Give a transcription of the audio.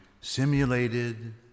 simulated